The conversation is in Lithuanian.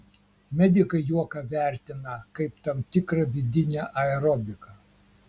medikai juoką vertina kaip tam tikrą vidinę aerobiką